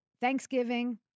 Thanksgiving